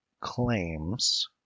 claims